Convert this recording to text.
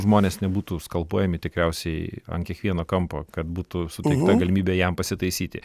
žmonės nebūtų skalpuojami tikriausiai ant kiekvieno kampo kad būtų suteikta galimybė jam pasitaisyti